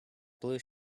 blue